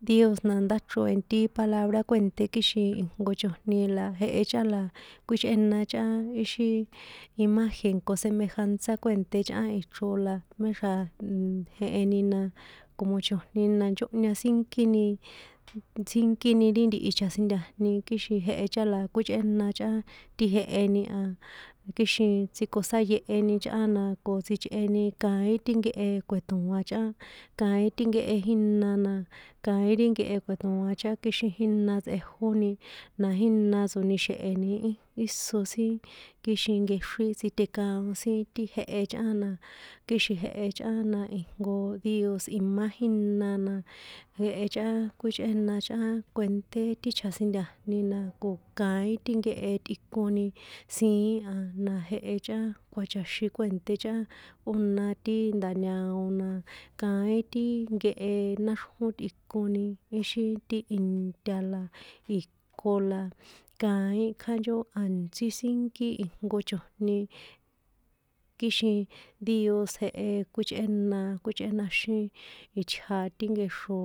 díos na ndáchro en ti palabra kuènṭé kixin ijnko chojni la jehe chꞌán la kjuíchꞌéna chꞌán ixí imagen ko semejanza kuènṭé chꞌán ichro la méxra̱ nnn jeheni na como chojni ni na nchŏnhña sínkíni, sínkini ri ntihi chjasintajni kixin jehe chꞌán la kuíchꞌéna chꞌán ti jeheni a, kixin tsjikosáyeheni chꞌán la ko sichꞌeni kaín ti nkehe kue̱toan chꞌán, kaín ti nkehe jína na kaín ri nkehe kuetoan chꞌán kixin jína tsꞌejóni na jína tsonixe̱heni íso sin kixin nkexrín tsitekaon sin ti jehe chꞌán na, kixin jehe chꞌán na ijnko díos imá jína na, jehe chꞌán kuíchꞌéna chꞌán kuenṭé ti chjasintajni na, ko kaín ti nkehe tꞌikoni siín a, na jehe chꞌán kjuachaxín kuènṭé chꞌán kꞌóna ti nda̱ñao na kaín ti nkehe náxrjón tꞌikoni íxi ti intia la iko la, kaín kjánchó a̱ntsí sínkí ijnko chojni, kixin díos jehe kuíchꞌéna, kuíchꞌénaxín itja ti nkexro